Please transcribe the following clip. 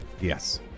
Yes